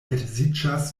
edziĝas